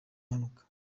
mpanuka